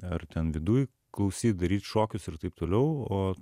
ar ten viduj klausyt daryt šokius ir taip toliau o